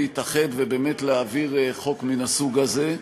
להתאחד ובאמת להעביר חוק מן הסוג הזה.